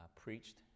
preached